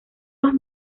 los